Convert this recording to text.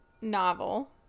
novel